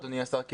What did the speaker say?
אדוני השר,